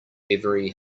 every